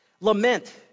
Lament